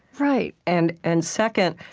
right and and second,